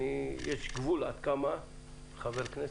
יש גבול עד כמה חבר כנסת,